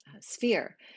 sphere